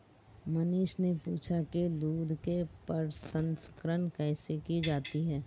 मनीष ने पूछा कि दूध के प्रसंस्करण कैसे की जाती है?